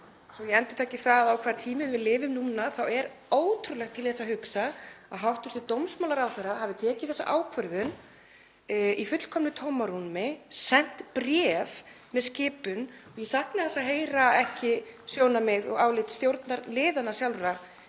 Svo að ég endurtaki það á hvaða tímum við lifum núna þá er ótrúlegt til þess að hugsa að hæstv. dómsmálaráðherra hafi tekið þessa ákvörðun í fullkomnu tómarúmi, sent bréf með skipun. Ég sakna þess að heyra ekki sjónarmið og álit stjórnarliða sjálfra